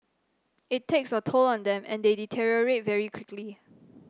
it takes a toll on them and they deteriorate very quickly